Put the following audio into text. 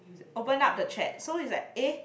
open up the chat so is like eh